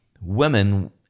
women